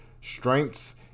strengths